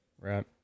Right